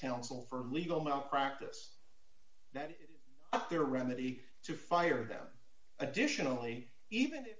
counsel for legal malpractise that it up to remedy to fire them additionally even